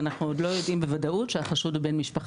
ואנחנו עוד לא יודעים אם החשוד הוא בן משפחה.